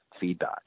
feedback